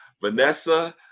Vanessa